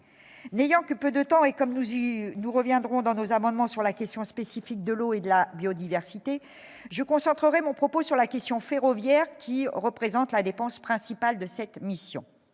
N'ayant que peu de temps, et comme nous reviendrons dans nos amendements sur la question spécifique de l'eau et de la biodiversité, je concentrerai mon propos sur la question ferroviaire, qui représente la dépense principale de cette mission.